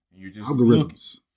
Algorithms